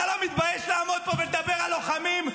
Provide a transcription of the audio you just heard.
אתה לא מתבייש לעמוד פה ולדבר על לוחמים.